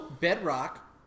Bedrock